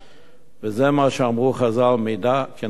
וזה מה שאמרו חז"ל, מידה כנגד מידה.